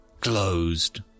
closed